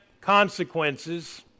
consequences